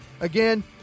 Again